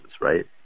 right